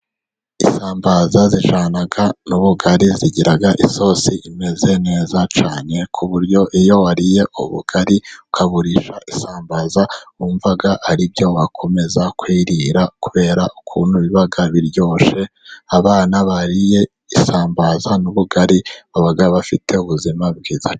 Insambaza zijyana n'ubugari, zigira isosi imeze neza cyane, ku buryo iyo wariye ubugari ukaburisha isambaza wumva ari byo wakomeza kwirira, kubera ukuntu biba biryoshe, abana bariye isambaza n'ubugari baba bafite ubuzima bwiza.